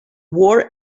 war